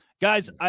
Guys